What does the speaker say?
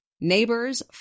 Neighbors